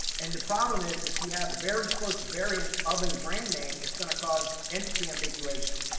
and the problem is, if you have very close variants of a brand name, it's going to cause entity and big uation,